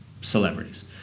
celebrities